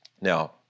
Now